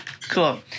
Cool